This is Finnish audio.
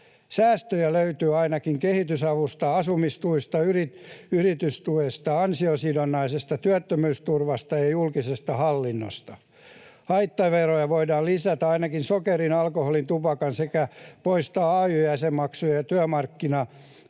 Säästöjä löytyy ainakin kehitysavusta, asumistuista, yritystuista, ansiosidonnaisesta työttömyysturvasta ja julkisesta hallinnosta. Voidaan lisätä haittaveroja ainakin sokerin, alkoholin ja tupakan osalta sekä poistaa ay-jäsenmaksujen ja työmarkkinatoimijoiden